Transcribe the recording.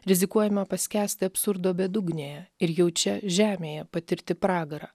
rizikuojame paskęsti absurdo bedugnėje ir jau čia žemėje patirti pragarą